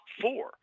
four